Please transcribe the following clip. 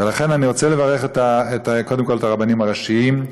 ולכן, אני רוצה לברך קודם כול את הרבנים הראשיים,